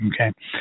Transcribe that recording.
okay